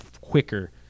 quicker